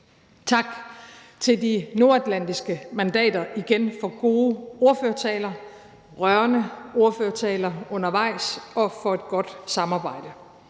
Tak til de nordatlantiske mandater igen for gode ordførertaler, rørende ordførertaler undervejs og for et godt samarbejde.